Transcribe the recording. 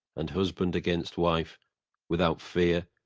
and husband against wife without fear,